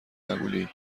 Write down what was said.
مگولی